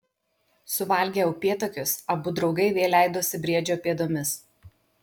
suvalgę upėtakius abu draugai vėl leidosi briedžio pėdomis